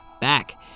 Back